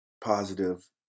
positive